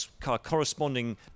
corresponding